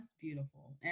beautiful